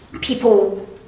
people